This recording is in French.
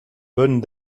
bonne